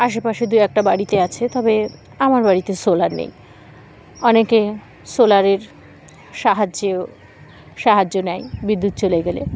আশেপাশে দু একটা বাড়িতে আছে তবে আমার বাড়িতে সোলার নেই অনেকে সোলারের সাহায্যেও সাহায্য নেয় বিদ্যুৎ চলে গেলে